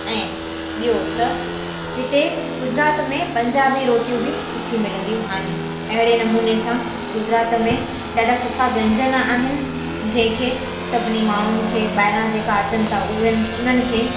ऐं ॿियो त हिते गुजरात में पंजाबी रोटियूं बि सुठी मिलंदियूं आहिनि अहिड़े नमुने सां गुजरात में ॾाढा सुठा व्यंजन आहिनि जंहिंखे सभिनी माण्हूनि खे ॿाहिरां जेका अचनि था उहो उन्हनि खे